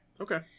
Okay